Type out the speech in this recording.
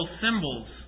symbols